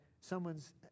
someone's